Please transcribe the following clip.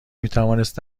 میتوانست